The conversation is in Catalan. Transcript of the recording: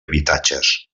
habitatges